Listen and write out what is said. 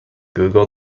google